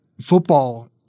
football